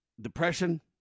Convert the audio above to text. Depression